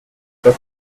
pas